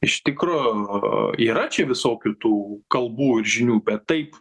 iš tikro yra čia visokių tų kalbų ir žinių bet taip